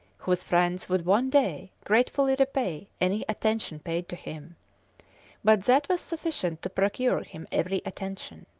whose friends would one day gratefully repay any attention paid to him but that was sufficient to procure him every attention.